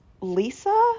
Lisa